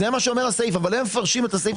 זה מה שאומר הסעיף אבל הם מפרשים את הסעיף